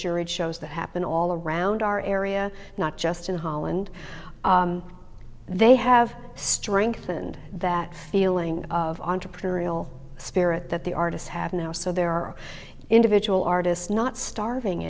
shows that happen all around our area not just in holland they have strengthened that feeling of entrepreneurial spirit that the artists have now so there are individual artists not starving